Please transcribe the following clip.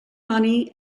money